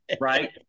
Right